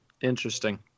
Interesting